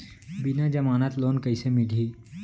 बिना जमानत लोन कइसे मिलही?